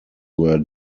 were